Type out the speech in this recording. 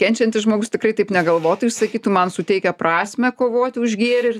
kenčiantis žmogus tikrai taip negalvotų jis sakytų man suteikia prasmę kovoti už gėrį ir